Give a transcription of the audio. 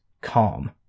Calm